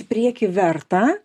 į priekį verta